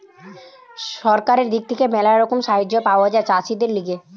সরকারের দিক থেকে ম্যালা রকমের সাহায্য পাওয়া যায় চাষীদের লিগে